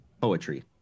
poetry